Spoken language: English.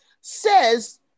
says